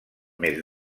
més